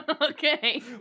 Okay